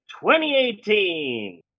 2018